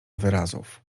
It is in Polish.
wyrazów